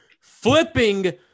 Flipping